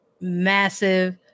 massive